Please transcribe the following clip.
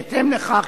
בהתאם לכך,